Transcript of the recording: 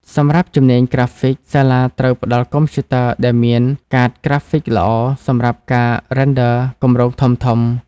សម្រាប់ជំនាញក្រាហ្វិក សាលាត្រូវផ្តល់កុំព្យូទ័រដែលមានកាតក្រាហ្វិកល្អសម្រាប់ការ Render គម្រោងធំៗ។